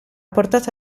portato